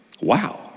Wow